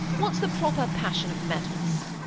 what's the proper passion of metals?